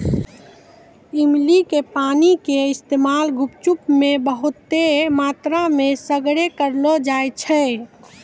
इमली के पानी के इस्तेमाल गुपचुप मे बहुते मात्रामे सगरे करलो जाय छै